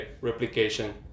replication